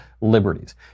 liberties